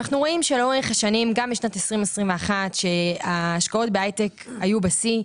ואנחנו רואים שלאורך השנים גם בשנת 2021 שההשקעות בהייטק היו בשיא,